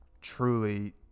truly